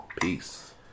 peace